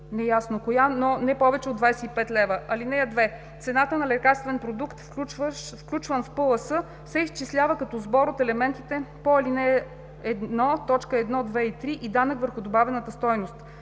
по т., но не повече от 25 лв. (2) Цената на лекарствен продукт, включван в ПЛС, се изчислява като сбор от елементите по ал. 1, т. 1, 2 и 3 и данък върху добавената стойност.